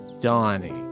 Donnie